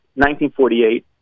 1948